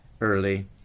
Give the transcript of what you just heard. early